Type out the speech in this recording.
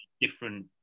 different